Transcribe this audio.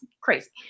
crazy